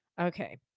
okay